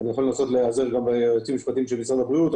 אני יכול להיעזר גם ביועצת המשפטית של משרד הבריאות.